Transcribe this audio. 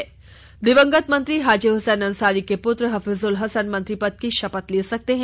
बताया जाता है कि दिवंगत मंत्री हाजी हुसैन अंसारी के पुत्र हफीजुल हसन मंत्री पद की शपथ ले सकते हैं